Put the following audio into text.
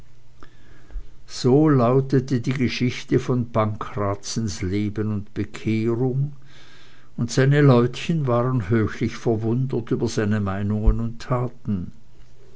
so lautete die geschichte von pankrazens leben und bekehrung und seine leutchen waren höchlich verwundert über seine meinungen und taten